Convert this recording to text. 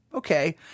okay